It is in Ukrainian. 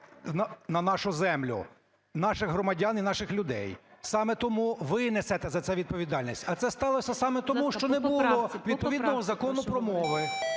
на нашу землю, наших громадян і наших людей, саме тому ви несете за це відповідальність. А це сталося саме тому, що не було... ГОЛОВУЮЧИЙ.